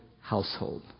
household